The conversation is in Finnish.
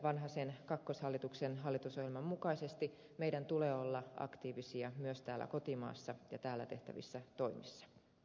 vanhasen kakkoshallituksen hallitusohjelman mukaisesti meidän tulee olla aktiivisia myös täällä kotimaassa ja täällä tehtävissä toimissa